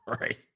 Right